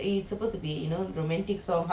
a kidnap story ya